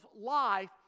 life